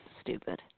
stupid